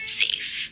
safe